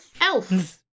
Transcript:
Elf